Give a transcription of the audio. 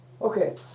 Okay